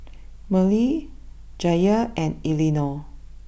Merle Jaye and Elinore